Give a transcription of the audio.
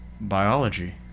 Biology